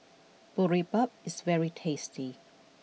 Boribap is very tasty